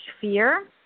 fear